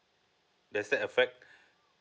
does that affect